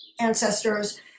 ancestors